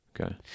Okay